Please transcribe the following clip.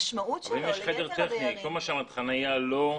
חניה לא,